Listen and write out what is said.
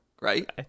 right